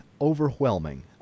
overwhelming